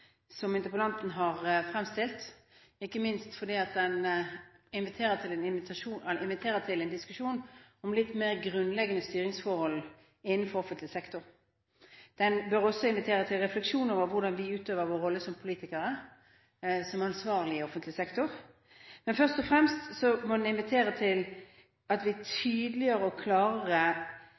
diskusjon om litt mer grunnleggende styringsforhold innenfor offentlig sektor. Den bør også invitere til refleksjon over hvordan vi utøver vår rolle som politikere, som ansvarlige i offentlig sektor, men først og fremst må den invitere til at vi tydeligere og klarere